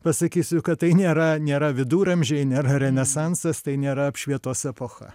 pasakysiu kad tai nėra nėra viduramžiai nėra renesansas tai nėra apšvietos epocha